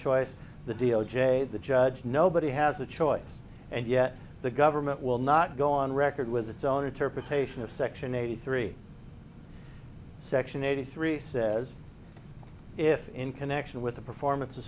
choice the d o j the judge nobody has a choice and yet the government will not go on record with its own interpretation of section eighty three section eighty three says if in connection with the performance of